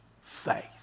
faith